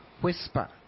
whisper